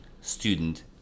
student